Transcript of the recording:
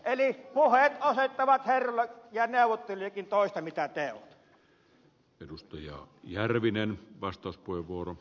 eli puheet osoittavat herroilla ja neuvottelijoillakin toista kuin teot